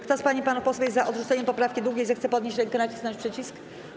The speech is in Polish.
Kto z pań i panów posłów jest za odrzuceniem poprawki 2., zechce podnieść rękę i nacisnąć przycisk.